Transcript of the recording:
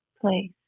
place